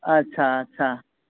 اچھا اچھا